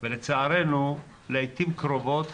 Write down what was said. לצערנו לעתים קרובות